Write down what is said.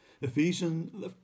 Ephesians